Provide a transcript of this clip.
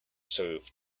serve